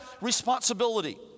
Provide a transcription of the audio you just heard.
responsibility